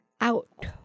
out